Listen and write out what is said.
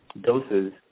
doses